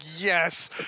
yes